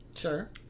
Sure